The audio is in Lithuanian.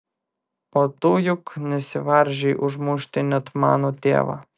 o tu juk nesivaržei užmušti net mano tėvą